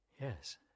Yes